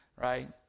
right